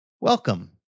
Welcome